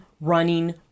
running